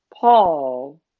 Paul